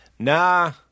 nah